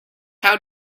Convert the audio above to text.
how